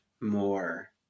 more